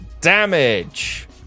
damage